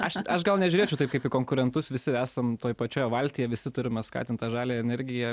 aš aš gal nežiūrėčiau taip kaip į konkurentus visi esam toj pačioje valtyje visi turime skatint tą žaliąją energiją